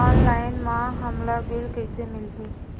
Online म हमला bill कइसे मिलही?